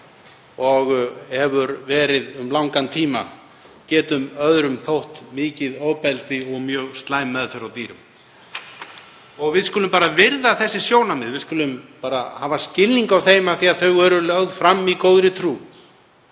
og hefur verið um langan tíma, getur öðrum þótt mikið ofbeldi og mjög slæm meðferð á dýrum. Og við skulum bara virða þessi sjónarmið, við skulum bara hafa skilning á þeim af því að þau eru lögð fram í góðri trú.